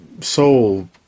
soul